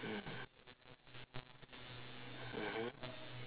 mm mmhmm